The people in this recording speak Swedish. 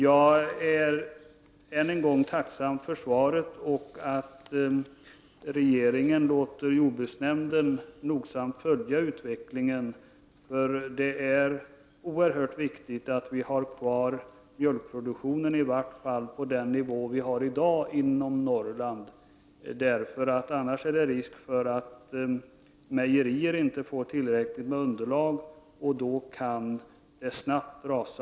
Jag är tacksam för svaret och över att regeringen låter jordbruksnämnden noga följa utvecklingen. Det är oerhört viktigt att vi har kvar mjölkproduktionen i varje fall på dagens nivå inom Norrland — annars är det risk att mejerierna inte får tillräckligt underlag, och då kan produktionen snabbt rasa.